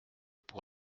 pour